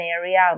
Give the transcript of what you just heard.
area